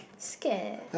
scared eh